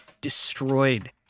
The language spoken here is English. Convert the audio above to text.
destroyed